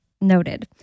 Noted